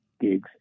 gigs